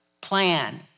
plan